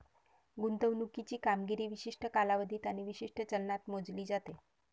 गुंतवणुकीची कामगिरी विशिष्ट कालावधीत आणि विशिष्ट चलनात मोजली जाते